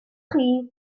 chi